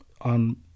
on